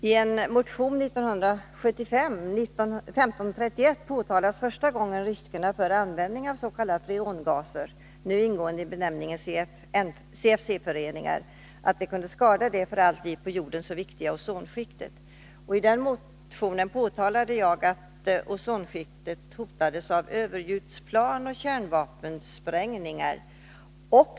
I en motion 1975:1531 påtalades första gången riskerna med användning av s.k. freongaser — nu ingående i benämningen CFC-föreningar — dvs. att de kunde skada det för allt liv på jorden så viktiga ozonskiktet. I denna motion påpekade jag att ozonskiktet hotas av överljudsplan och kärnvapensprängningar.